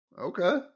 okay